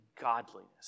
godliness